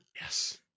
Yes